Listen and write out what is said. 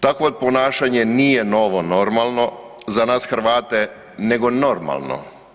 Takvo ponašanje nije novo normalno za nas Hrvate nego normalno.